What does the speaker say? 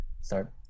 start